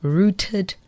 rooted